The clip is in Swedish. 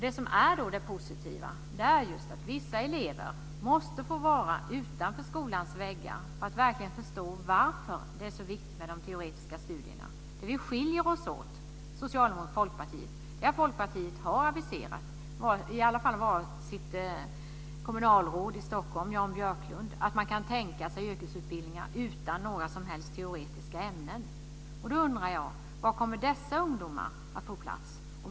Det som är positivt är att elever som måste få vara utanför skolans väggar för att verkligen förstå varför de teoretiska studierna är så viktiga får vara det. Socialdemokraterna och Folkpartiet skiljer sig åt på en punkt: Folkpartiet har aviserat - det har i alla fall kommunalrådet i Stockholm Jan Björklund gjort - att man kan tänka sig yrkesutbildningar utan några som helst teoretiska ämnen. Då undrar jag var dessa ungdomar kommer att få plats.